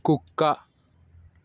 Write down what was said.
కుక్క